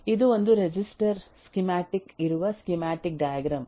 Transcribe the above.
ಇದು ಒಂದು resistor schematic ಇರುವ ಸ್ಕೀಮ್ಯಾಟಿಕ್ ಡೈಗ್ರಾಮ್